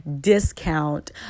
discount